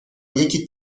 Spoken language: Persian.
یکی